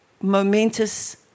momentous